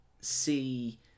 see